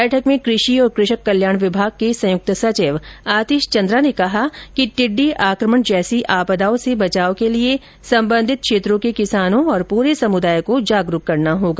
बैठक में कृषि और कृषक कल्याण विभाग के संयुक्त सचिव आतिश चन्द्रा ने कहा कि टिड्डी आकमण जैसी आपदाओं से बचाव के लिए संबंधित क्षेत्रों के किँसानों और पूरे समुदाय को जागरूक करना होगा